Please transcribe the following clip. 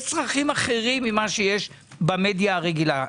יש צרכים אחרים ממה שיש במדיה הרגילה.